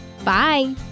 Bye